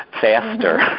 faster